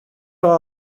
heure